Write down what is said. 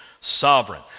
sovereign